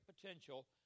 potential